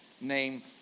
name